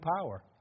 power